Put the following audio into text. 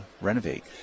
renovate